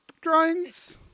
drawings